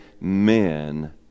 men